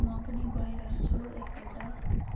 म पनि गइरहेछु एकपल्ट